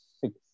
six